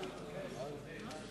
התשס”ט 2009, לוועדת הפנים והגנת